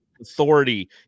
authority